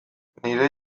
nire